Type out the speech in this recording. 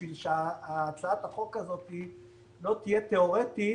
בשביל שהצעת החוק הזאת לא תהיה תיאורטית,